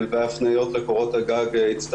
קורת הגג זו